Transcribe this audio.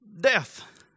death